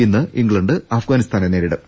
ഇന്ന് ഇംഗ്ലണ്ട് അഫ്ഗാനിസ്ഥാനെ നേരിടും